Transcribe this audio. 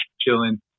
chilling